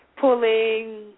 pulling